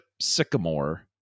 Sycamore